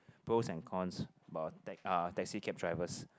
pros and cons about ah taxi cab drivers